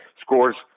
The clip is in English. scores